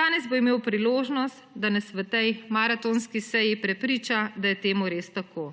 Danes bo imel priložnost, da nas na tej maratonski seji prepriča, da je temu res tako.